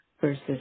versus